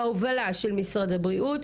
בהובלה של משרד הבריאות,